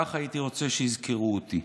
כך הייתי רוצה שיזכרו אותי: